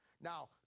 Now